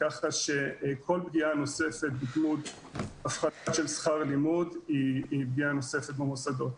ככה שכל פגיעה נוספת בדמות הפחתה של שכר לימוד היא פגיעה נוספת במוסדות.